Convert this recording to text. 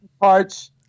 parts